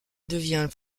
devient